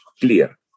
clear